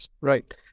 Right